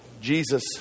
Jesus